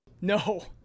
No